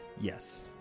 Yes